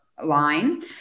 line